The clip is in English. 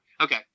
Okay